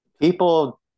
people